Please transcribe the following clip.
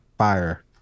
fire